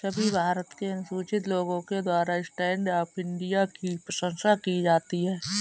सभी भारत के अनुसूचित लोगों के द्वारा स्टैण्ड अप इंडिया की प्रशंसा की जाती है